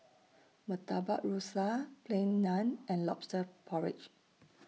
Murtabak Rusa Plain Naan and Lobster Porridge